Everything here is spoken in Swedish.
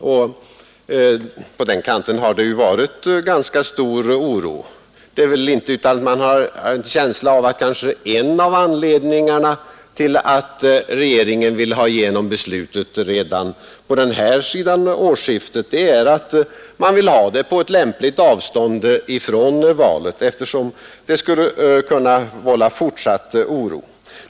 Bland dem har det ju också varit ganska stor oro, och det är väl inte utan att man har en känsla av att en av anledningarna till att regeringen vill ha igenom beslutet redan på den här sidan årsskiftet är att det då kommer på ett lämpligt avstånd från valet, eftersom det skulle kunna vålla fortsatt oro.